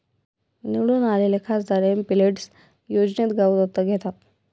निवडून आलेले खासदार एमपिलेड्स योजनेत गाव दत्तक घेतात